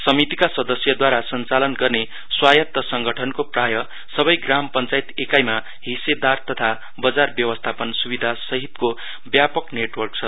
समितिका सदस्यद्वारा संचालन गरने स्वामत्त संगठनको प्रायः सबै ग्राम पव्यायत एकाईमा हिस्सेदार तथा बजार व्यवस्थापन सुवाधासहितको व्यापक नेटवर्क छ